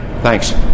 Thanks